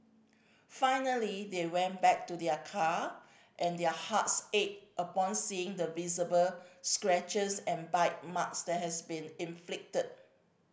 finally they went back to their car and their hearts ached upon seeing the visible scratches and bite marks that has been inflicted